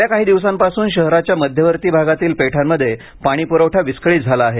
गेल्या काही दिवसांपासून शहराच्या मध्यवर्ती भागातील पेठांमध्ये पाणी प्रवठा विसकळीत झाला आहे